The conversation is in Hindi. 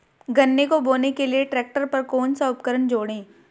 गन्ने को बोने के लिये ट्रैक्टर पर कौन सा उपकरण जोड़ें?